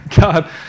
God